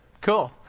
Cool